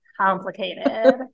complicated